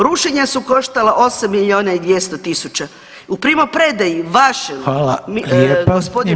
Rušenja su koštala 8 milijuna i 200 tisuća, u primopredaji vašem